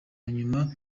nyuma